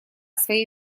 своей